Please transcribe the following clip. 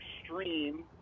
extreme